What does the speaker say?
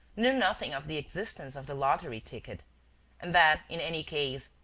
knew nothing of the existence of the lottery-ticket and that, in any case,